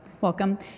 welcome